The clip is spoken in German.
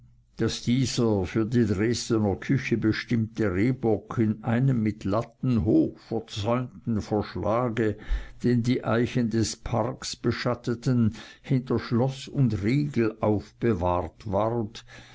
daß dieser für die dresdner küche bestimmte rehbock in einem mit latten hoch verzäunten verschlage den die eichen des parks beschatteten hinter schloß und riegel aufbewahrt ward